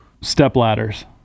Stepladders